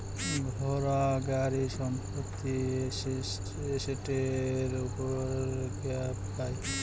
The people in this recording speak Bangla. ঘোড়া, গাড়ি, সম্পত্তি এসেটের উপর গ্যাপ পাই